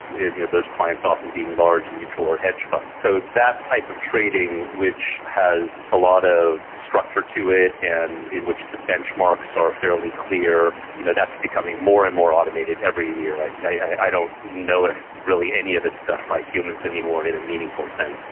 you know those clients often being large mutual or hedge funds. so, that type of trading which has a lot of structure to it, and in which the benchmarks are fairly clear. you know that's becoming more and more automated every year. i i don't know if any of it's done by humans anymore in a meaningful sense.